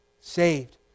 saved